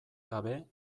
gabe